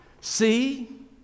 See